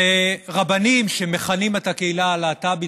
ורבנים שמכנים את הקהילה הלהט"בית,